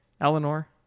Eleanor